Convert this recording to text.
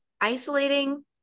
isolating